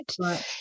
Right